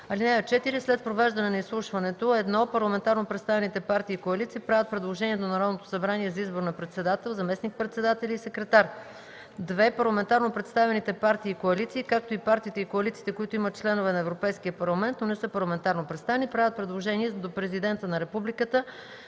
(4) След провеждане на изслушването: 1. парламентарно представените партии и коалиции правят предложение до Народното събрание за избор на председател, заместник-председатели и секретар; 2. парламентарно представените партии и коалиции, както и партиите и коалициите, които имат членове на Европейския парламент, но не са парламентарно представени, правят предложение до президента на републиката